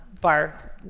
bar